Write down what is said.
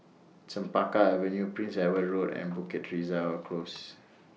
Chempaka Avenue Prince Edward Road and Bukit Teresa Close